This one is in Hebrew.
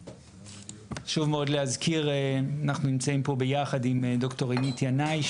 חשוב מאוד להזכיר שאנחנו נמצאים פה ביחד עם ד"ר הנית ינאי,